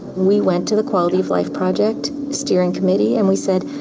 we went to the quality of life project steering committee and we said,